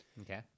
Okay